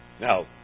Now